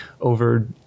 over